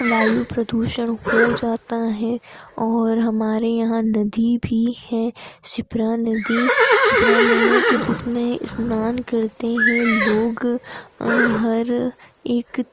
वायु प्रदूषण हो जाता है और हमारे यहाँ नदी भी है शिप्रा नदी शिप्रा मैया तो जिसमें स्नान करते हैं लोग हर एक